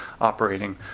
operating